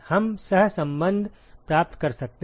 हम सहसंबंध प्राप्त कर सकते हैं